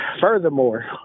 Furthermore